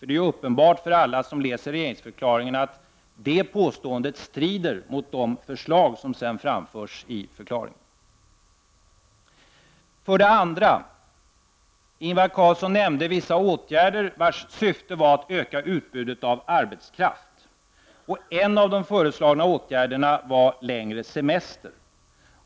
Det är uppenbart för alla som läser regeringsförklaringen att det påståendet strider mot de förslag som sedan framförs i förklaringen. För det andra: Ingvar Carlssom nämnde vissa åtgärder, vilkas syfte är att öka utbudet av arbetskraft. En av de föreslagna åtgärderna var längre semester.